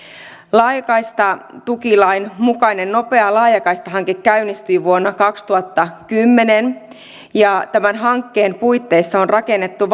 laajakaistatukilain mukainen nopea laajakaista hanke käynnistyi vuonna kaksituhattakymmenen tämän hankkeen puitteissa on rakennettu